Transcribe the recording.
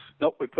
Nope